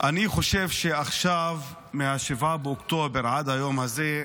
אני חושב שעכשיו, מ-7 באוקטובר עד היום הזה,